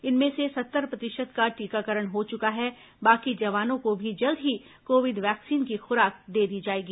इनमें से सत्तर प्रतिशत का टीकाकरण हो चुका है बाकी जवानों को भी जल्द ही कोविड वैक्सीन की खुराक दे दी जाएगी